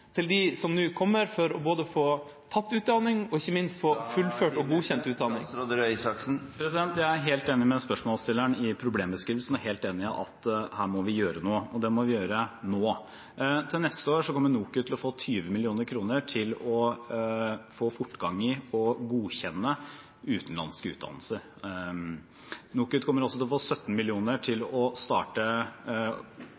til dem som nå kommer, for både å få tatt utdanning og ikke minst å få fullført og godkjent utdanning? Jeg er helt enig med spørsmålsstilleren i problembeskrivelsen og helt enig i at her må vi gjøre noe, og det må vi gjøre nå. Til neste år kommer NOKUT til å få 20 mill. kr til å få fortgang i å godkjenne utenlandske utdannelser. NOKUT kommer også til å få 17 mill. kr til å starte